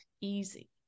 easy